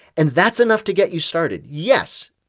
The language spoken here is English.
and that's enough to get you started. yes,